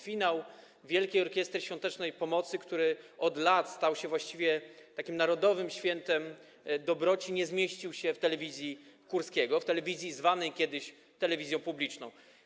Finał Wielkiej Orkiestry Świątecznej Pomocy, który od lat stał się właściwie takim narodowym świętem dobroci, nie zmieścił się w telewizji Kurskiego, w telewizji zwanej kiedyś telewizją publiczną.